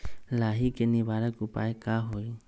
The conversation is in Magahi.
लाही के निवारक उपाय का होई?